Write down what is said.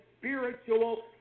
spiritual